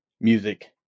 music